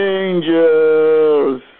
angels